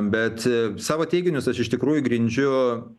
bet savo teiginius aš iš tikrųjų grindžiu